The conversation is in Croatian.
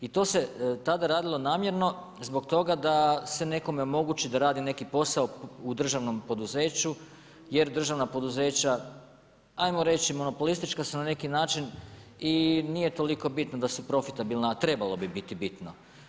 I to se tada radilo namjerno, zbog toga da se nekom omogući, da radi neki posao u državnom poduzeću, jer državna poduzeća, ajmo reći, monopolistička su na neki način i nije toliko bitno da su profitabilna, a trebalo bi biti bitno.